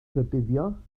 rhybuddio